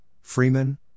Freeman